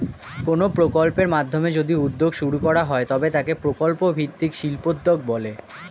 কোনো প্রকল্পের মাধ্যমে যদি উদ্যোগ শুরু করা হয় তবে তাকে প্রকল্প ভিত্তিক শিল্পোদ্যোগ বলে